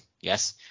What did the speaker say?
Yes